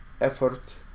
effort